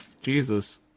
Jesus